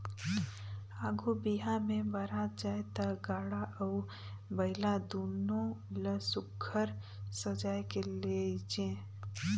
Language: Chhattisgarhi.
आघु बिहा मे बरात जाए ता गाड़ा अउ बइला दुनो ल सुग्घर सजाए के लेइजे